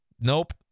Nope